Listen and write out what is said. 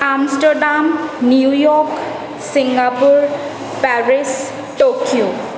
Amsterdam New York Singapore Paris Tokyo